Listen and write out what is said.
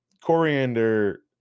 Coriander